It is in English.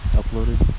uploaded